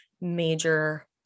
major